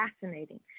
fascinating